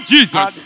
Jesus